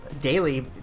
daily